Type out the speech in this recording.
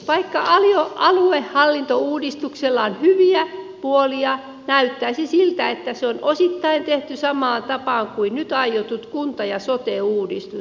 vaikka aluehallintouudistuksella on hyviä puolia näyttäisi siltä että se on osittain tehty samaan tapaan kuin nyt aiotut kunta ja sote uudistus